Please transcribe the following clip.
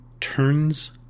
turns